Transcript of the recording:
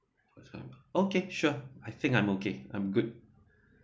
okay sure I think I'm okay I'm good